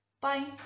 Bye